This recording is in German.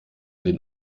den